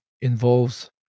involves